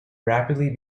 rapidly